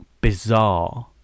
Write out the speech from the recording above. bizarre